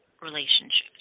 relationships